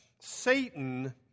Satan